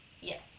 Yes